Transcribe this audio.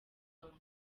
rwanda